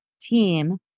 team